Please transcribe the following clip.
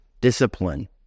discipline